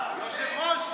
היושב-ראש,